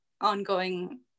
ongoing